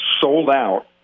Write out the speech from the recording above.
sold-out